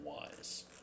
wise